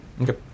Okay